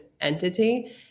entity